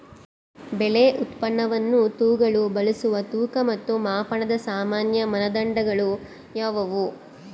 ಬೆಳೆ ಉತ್ಪನ್ನವನ್ನು ತೂಗಲು ಬಳಸುವ ತೂಕ ಮತ್ತು ಮಾಪನದ ಸಾಮಾನ್ಯ ಮಾನದಂಡಗಳು ಯಾವುವು?